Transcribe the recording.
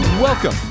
Welcome